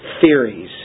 Theories